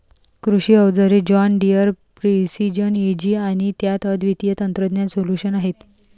कृषी अवजारे John Deere precision Ag आणि त्यात अद्वितीय तंत्रज्ञान सोल्यूशन्स आहेत